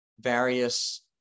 various